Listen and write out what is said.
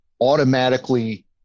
automatically